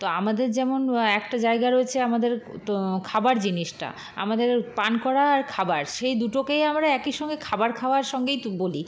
তো আমাদের যেমন ও একটা জায়গা রয়েছে আমাদের তো খাবার জিনিসটা আমাদের পান করা আর খাবার সেই দুটোকেই আমরা একই সঙ্গে খাবার খাওয়ার সঙ্গেই তো বলি